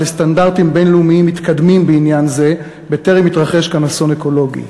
לסטנדרטים בין-לאומיים מתקדמים בעניין זה בטרם יתרחש כאן אסון אקולוגי.